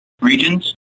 regions